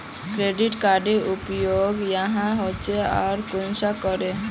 Credit कार्डेर उपयोग क्याँ होचे आर कुंसम करे?